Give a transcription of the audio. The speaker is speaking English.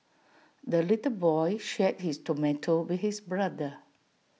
the little boy shared his tomato with his brother